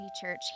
Church